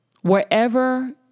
wherever